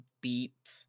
beat